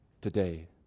Today